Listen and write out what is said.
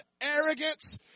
arrogance